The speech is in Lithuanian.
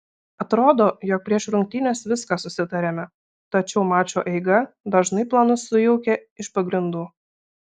atrodo jog prieš rungtynes viską susitariame tačiau mačo eiga dažnai planus sujaukia iš pagrindų